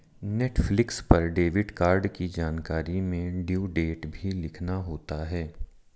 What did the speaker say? Netflix पर debit card की जानकारी में ड्यू डेट भी लिखना होता है